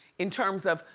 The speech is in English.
in terms of,